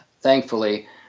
thankfully